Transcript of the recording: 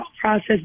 process